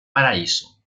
paraíso